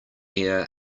ear